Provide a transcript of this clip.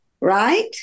right